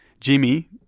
Jimmy